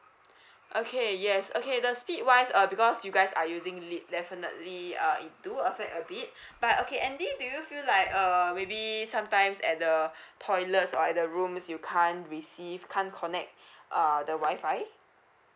okay yes okay the speed wise uh because you guys are using lead definitely uh it do affect a bit but okay andy do you feel like uh maybe sometimes at the toilet or at the rooms you can't receive can't connect uh the wi-fi